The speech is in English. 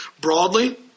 Broadly